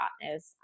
partners